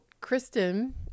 Kristen